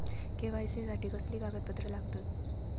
KYC साठी कसली कागदपत्र लागतत?